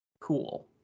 cool